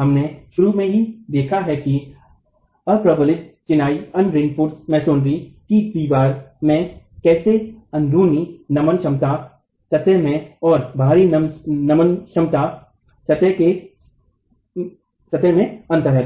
हमने शुरू में ही देखा है कि आप्रबलित चिनाई की दीवारमें कैसे अंदरूनी नमन क्षमता सतह में और बाहरी नमन क्षमता सतह में अंतर है